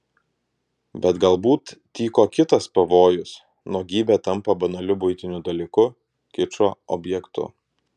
bet galbūt tyko kitas pavojus nuogybė tampa banaliu buitiniu dalyku kičo objektu